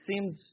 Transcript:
seems